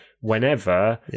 whenever